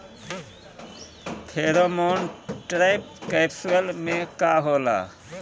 Pheromone trap capsule में का होला?